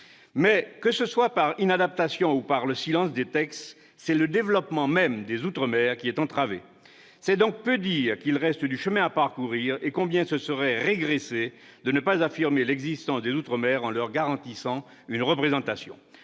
Mais que ce soit par inadaptation ou par le silence des textes, c'est le développement même des outre-mer qui est entravé. C'est donc peu dire qu'il reste du chemin à parcourir et combien ce serait régresser de ne pas affirmer l'existence des outre-mer en leur garantissant une représentation.